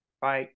bye